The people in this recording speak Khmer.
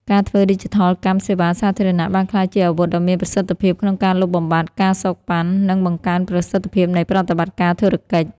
ការធ្វើឌីជីថលកម្មសេវាសាធារណៈបានក្លាយជាអាវុធដ៏មានប្រសិទ្ធភាពក្នុងការលុបបំបាត់ ការសូកប៉ាន់ និងបង្កើនប្រសិទ្ធភាពនៃប្រតិបត្តិការធុរកិច្ច។